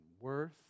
worth